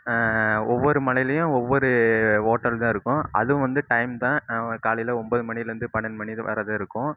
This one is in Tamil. ஒவ்வொரு மலையிலையும் ஒவ்வொரு ஹோட்டல் தான் இருக்கும் அதுவும் வந்து டைம் தான் காலையில ஒன்பது மணியிலேருந்து பன்னெண்டு மணி வரை தான் இருக்கும்